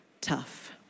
tough